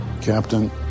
Captain